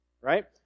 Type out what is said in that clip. right